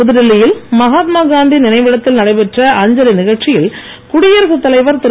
புதுடெல்லியில் மகாத்மா காந்தி நினைவிடத்தில் நடைபெற்ற அஞ்சலி நிகழ்ச்சியில் குடியரசு தலைவர் திரு